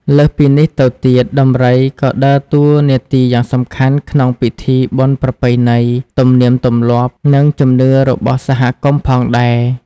លើសពីនេះទៅទៀត ដំរីក៏ដើរតួនាទីយ៉ាងសំខាន់ក្នុងពិធីបុណ្យប្រពៃណី ទំនៀមទម្លាប់ និងជំនឿរបស់សហគមន៍ផងដែរ។